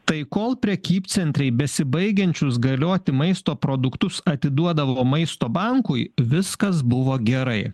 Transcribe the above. tai kol prekybcentriai besibaigiančius galioti maisto produktus atiduodavo maisto bankui viskas buvo gerai